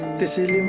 this